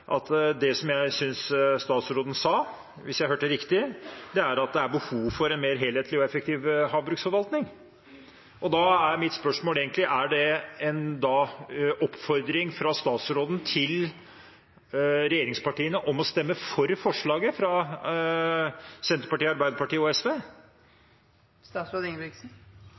at det er behov for en mer helhetlig og effektiv havbruksforvaltning. Da er mitt spørsmål: Er det en oppfordring fra statsråden til regjeringspartiene om å stemme for forslaget fra Arbeiderpartiet, Senterpartiet, og SV?